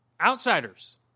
outsiders